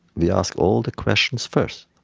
we ask all the questions first.